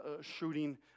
shooting